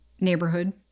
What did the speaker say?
Neighborhood